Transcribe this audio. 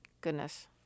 goodness